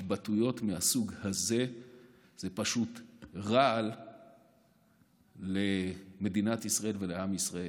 התבטאויות מהסוג הזה הן פשוט רעל למדינת ישראל ולעם ישראל.